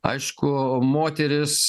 aišku moteris